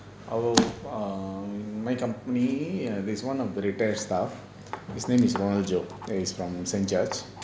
our um my company is one of the repair staff his name is ronald job he is from saint george